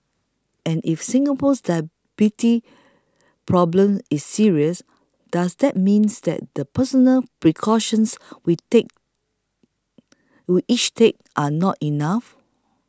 and if Singapore's diabetes problem is serious does that means that the personal precautions we take we each take are not enough